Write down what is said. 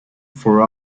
for